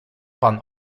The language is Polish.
pan